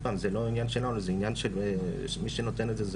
עוד פעם זה לא עניין שלנו מי שנותן את זה,